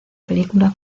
película